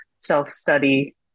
self-study